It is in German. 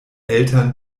eltern